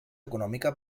econòmica